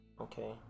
Okay